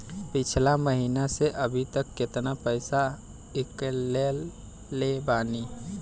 पिछला महीना से अभीतक केतना पैसा ईकलले बानी?